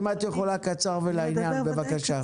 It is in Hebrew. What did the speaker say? אם את יכולה קצר ולעניין, בבקשה.